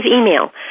email